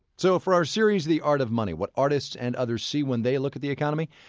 so for our series the art of money, what artists and others see when they look at the economy,